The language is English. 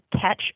catch